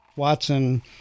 Watson